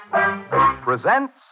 presents